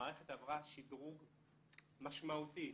המערכת עברה שדרוג משמעותי,